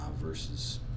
versus